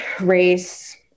race